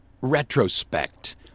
retrospect